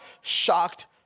shocked